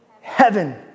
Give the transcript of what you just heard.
heaven